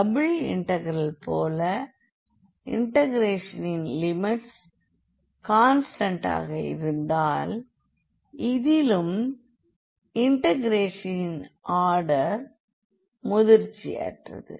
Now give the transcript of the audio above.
double இன்டெகிரலைப் போல இன்டெகிரேஷனின் லிமிட்ஸ் கான்ஸ்டண்டாக இருந்தால் இதிலும் இன்டெகிரேஷனின் ஆர்டர் முதிர்ச்சியற்றது